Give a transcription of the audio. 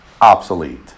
obsolete